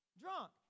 Drunk